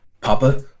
Papa